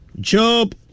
Job